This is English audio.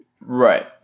right